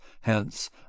HENCE